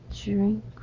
drink